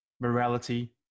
morality